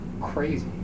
crazy